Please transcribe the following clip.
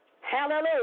Hallelujah